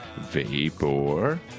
Vapor